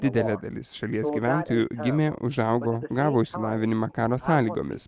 didelė dalis šalies gyventojų gimė užaugo gavo išsilavinimą karo sąlygomis